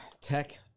Tech